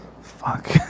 Fuck